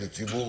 אם זה ציבור